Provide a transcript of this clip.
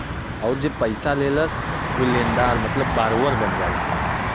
अउर जे पइसा लेहलस ऊ लेनदार मतलब बोरोअर बन जाला